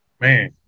Man